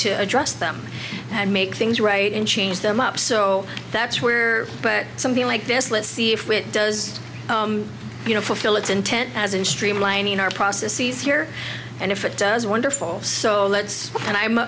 to address them and make things right and change them up so that's where but something like this let's see if it does you know fulfill its intent as in streamlining our processes here and if it does wonderful so let's and i'm